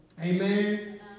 Amen